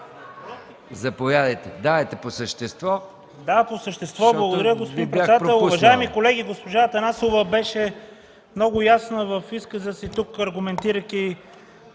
заповядайте – давайте по същество. СТАНИСЛАВ ИВАНОВ (ГЕРБ): Да, по същество. Благодаря, господин председател. Уважаеми колеги, госпожа Атанасова беше много ясна в изказа си тук, аргументирайки